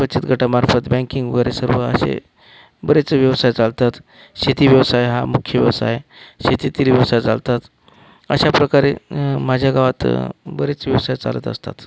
बचत गटामार्फत बँकिंग वगैरे सर्व असे बरेच व्यवसाय चालतात शेती व्यवसाय हा मुख्य व्यवसाय शेतीतील व्यवसाय चालतात अशा प्रकारे माझ्या गावात बरेच व्यवसाय चालत असतात